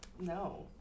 no